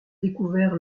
découvert